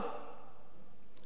אלא יש מעבר חופשי,